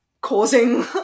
causing